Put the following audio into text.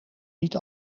niet